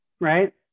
right